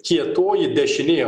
kietoji dešinė